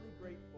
grateful